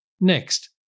Next